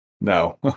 no